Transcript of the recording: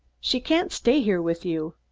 she can't stay here with you.